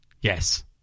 Yes